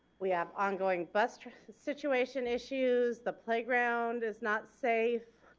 we have ongoing bus situation issues, the playground is not safe,